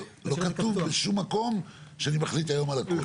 אבל לא כתוב בשום מקום שאני מחליט היום על הכול.